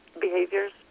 behaviors